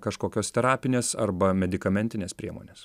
kažkokios terapinės arba medikamentinės priemonės